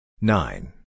nine